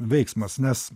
veiksmas nes